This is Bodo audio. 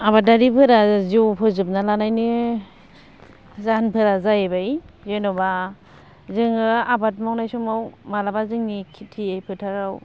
आबादारिफोरा जिउ फोजोबना लानायनि जाहोनफोरा जायैबाय जेन'बा जोङो आबाद मावनाय समाव मालाबा जोंनि खेथि फोथाराव